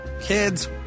Kids